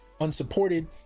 unsupported